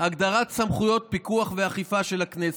הגדרת סמכויות פיקוח ואכיפה של הכנסת.